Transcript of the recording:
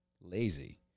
lazy